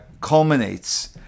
culminates